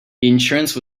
insurance